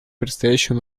предстоящий